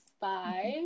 five